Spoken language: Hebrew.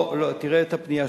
שבגוש-עציון.